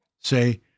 say